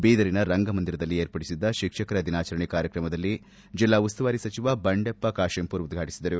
ಬೀದರ್ ನಲ್ಲಿ ಏರ್ಪಡಿಸಿದ್ದ ಶಿಕ್ಷಕರ ದಿನಾಚರಣೆ ಕಾರ್ಯಕ್ರಮವನ್ನು ಜಿಲ್ಲಾ ಉಸ್ತುವಾರಿ ಸಚಿವ ಬಂಡೆಪ್ಪ ಕಾಶಂಮರ್ ಉದ್ವಾಟಿಸಿದರು